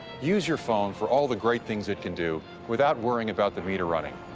use your phone for all the great things it can do without worrying about the meter running.